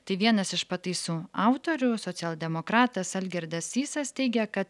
tai vienas iš pataisų autorių socialdemokratas algirdas sysas teigia kad